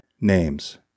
names